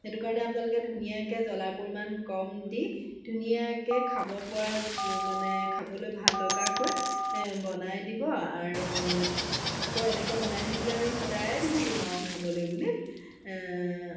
সেইটো কাৰণে আপোনালোকে ধুনীয়াকৈ জ্বলাৰ পৰিমাণ কম দি ধুনীয়াকৈ খাব পৰা মানে খাবলৈ ভাল লগাকৈ বনাই দিব আৰু আকৌ এনেকৈ বনাই থাকিলে আমি সদায় দি থাকিম আৰু খাবলৈ বুলি